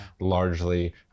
largely